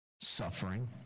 suffering